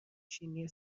چینی